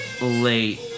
late